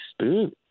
spoon